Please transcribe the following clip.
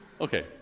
Okay